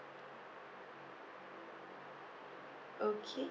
okay